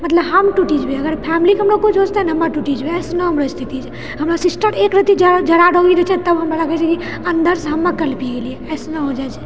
मतलब हम टुटि जेबैए अगर फेमिलीके हमरो किछु हो जतेए हम टुटि जेबैए एसनो हमर स्थिति अछि हमर सिस्टर एक रति तब हमरा लगैछे कि अन्दरसे हम नहि कलपि गेलिए एसनो होइ जाइछै